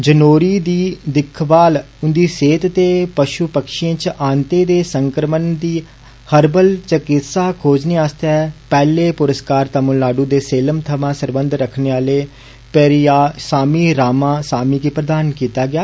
जनौरी दी दिक्खभाल उन्दी सेहत ते पषु पक्षियें च आंते दे संक्रमण दी हरबल चिकित्सा खोजने आस्ते पेहले पुरस्कार तमिलनाडु दे सेलम समां सरबंध रक्खने आले पेरीयासामी रामा सामी गी प्रदान कीता गेआ